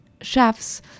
chefs